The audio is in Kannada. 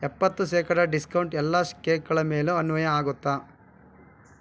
ಎಪ್ಪತ್ತು ಶೇಕಡ ಡಿಸ್ಕೌಂಟ್ ಎಲ್ಲ ಸ್ ಕೇಕ್ಗಳ ಮೇಲೂ ಅನ್ವಯ ಆಗುತ್ತಾ